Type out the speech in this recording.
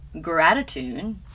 gratitude